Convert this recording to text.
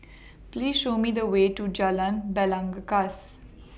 Please Show Me The Way to Jalan Belangkas